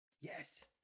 Yes